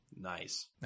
nice